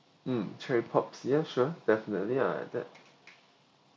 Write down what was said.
mm cherry pop yeah sure definitely ah like that